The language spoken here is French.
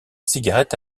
cigarette